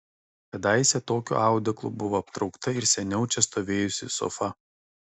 kadaise tokiu audeklu buvo aptraukta ir seniau čia stovėjusi sofa